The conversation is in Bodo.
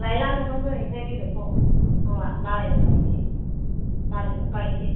लायला नोंनाव दिनैनिफ्राय बेदरखौ नांला मालायनाव लायसै मालायनाव बायसै